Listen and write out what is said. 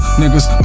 niggas